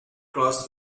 crossed